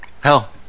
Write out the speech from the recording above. Hell